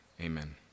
amen